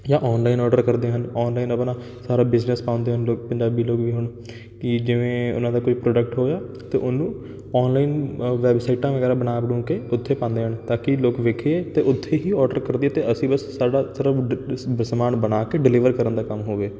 ਜਾਂ online order ਕਰਦੇ ਹਨ ਔਨਲਾਈਨ ਆਪਣਾ ਸਾਰਾ ਬਿਜ਼ਨਸ ਪਾਉਂਦੇ ਹਨ ਲੋਕ ਪੰਜਾਬੀ ਲੋਕ ਵੀ ਹੁਣ ਕਿ ਜਿਵੇਂ ਉਹਨਾਂ ਦਾ ਕੋਈ ਪ੍ਰੋਡਕਟ ਹੋਇਆ ਅਤੇ ਉਹਨੂੰ ਔਨਲਾਈਨ ਵੈਬਸਾਈਟਾਂ ਵਗੈਰਾ ਬਣਾ ਬਣੂ ਕੇ ਉੱਥੇ ਪਾਉਂਦੇ ਹਨ ਤਾਂ ਕਿ ਵੀ ਲੋਕ ਵੇਖੇ ਅਤੇ ਉੱਥੇ ਹੀ ਔਡਰ ਕਰ ਦੇਈਏ ਅਤੇ ਅਸੀਂ ਬਸ ਸਾਡਾ ਸਾਰਾ ਸਮਾਨ ਬਣਾ ਕੇ ਡਿਲੀਵਰ ਕਰਨ ਦਾ ਕੰਮ ਹੋਵੇ